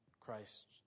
Christ